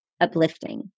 uplifting